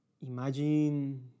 Imagine